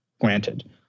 granted